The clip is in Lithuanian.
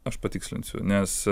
aš patikslinsiu nes